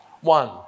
One